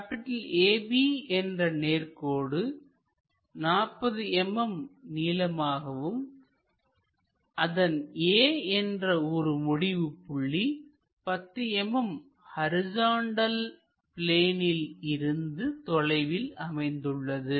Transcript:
AB என்ற நேர்கோடு 40 mm நீளமாகவும் அதன் A என்ற ஒரு முடிவு புள்ளி 10 mm ஹரிசாண்டல் பிளேனில் இருந்து தொலைவில் அமைந்துள்ளது